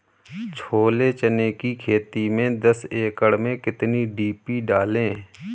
छोले चने की खेती में दस एकड़ में कितनी डी.पी डालें?